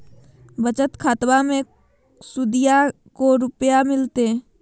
बचत खाताबा मे सुदीया को रूपया मिलते?